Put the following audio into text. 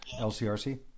LCRC